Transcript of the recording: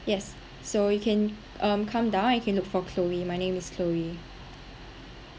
yes so you can um come down you can look for chloe my name is chloe